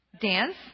Dance